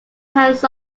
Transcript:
hands